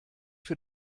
für